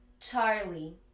Charlie